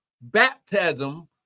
baptism